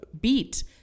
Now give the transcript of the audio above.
beat